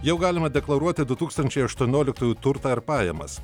jau galima deklaruoti du tūkstančiai aštuonioliktųjų turtą ir pajamas